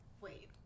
wait